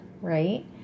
right